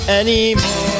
anymore